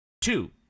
Two